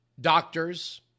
doctors